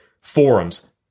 Forums